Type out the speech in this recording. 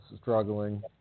struggling